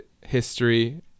history